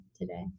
today